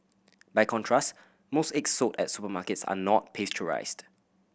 by contrast most eggs sold at supermarkets are not pasteurised